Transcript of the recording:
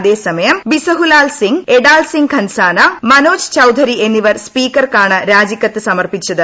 അതേസമയം ബിസഹുലാൽ സിങ് എടാൾസിങ് ഘൻസാന മനോജ് ചൌധരി എന്നിവർ സ്പീക്കർക്കാണ് രാജിക്കത്ത് സമർപ്പിച്ചത്